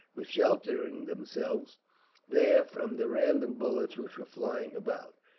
were sheltering themselves there from the random bullets which were flying about.